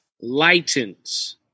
lightens